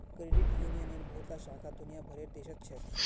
credit यूनियनेर बहुतला शाखा दुनिया भरेर देशत छेक